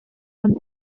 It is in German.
von